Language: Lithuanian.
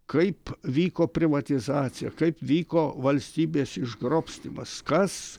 kaip vyko privatizacija kaip vyko valstybės išgrobstymas kas